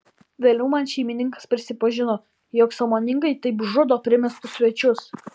vėliau man šeimininkas prisipažino jog sąmoningai taip žudo primestus svečius